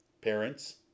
Parents